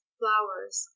flowers